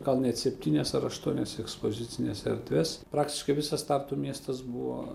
gal net septynias ar aštuonias ekspozicines erdves praktiškai visas tartu miestas buvo